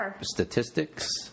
statistics